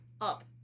up